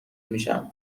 میشم